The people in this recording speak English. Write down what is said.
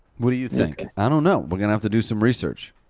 what do you think? i don't know, we're gonna have to do some research.